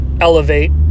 Elevate